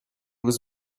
was